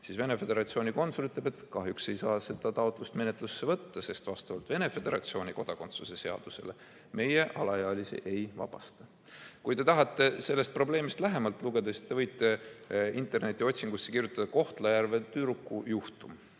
siis Venemaa Föderatsiooni konsul ütleb, et kahjuks ei saa seda taotlust menetlusse võtta, sest vastavalt Venemaa Föderatsiooni kodakondsuse seadusele alaealisi sellest ei vabastata. Kui te tahate sellest probleemist lähemalt lugeda, siis võite internetiotsingusse kirjutada "Kohtla-Järve tüdruku juhtum",